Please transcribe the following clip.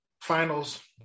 finals